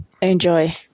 Enjoy